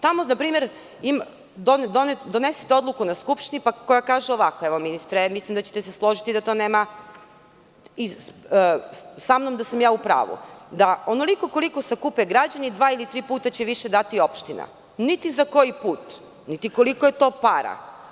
Tamo, npr. donesete odluku na Skupštini koja kaže ovako, a mislim da ćete se, ministre, složiti da sam u pravu, da onoliko koliko se kupe građani, dva ili tri puta više će dati opština, niti za koji put, niti koliko je to para.